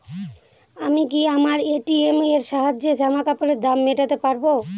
আমি কি আমার এ.টি.এম এর সাহায্যে জামাকাপরের দাম মেটাতে পারব?